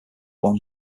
one